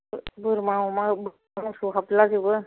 बोरमा अमा मोसौ हाब्ला जोबो